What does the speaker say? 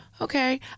okay